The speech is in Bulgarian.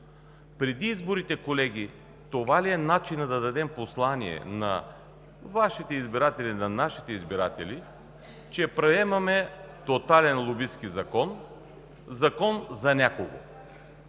Преди изборите, колеги, това ли е начинът да дадем послание на Вашите избиратели, на нашите избиратели, че приемаме тотален лобистки закон, закон за някого?